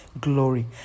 glory